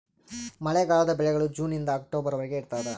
ಮಳೆಗಾಲದ ಬೆಳೆಗಳು ಜೂನ್ ನಿಂದ ಅಕ್ಟೊಬರ್ ವರೆಗೆ ಇರ್ತಾದ